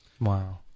Wow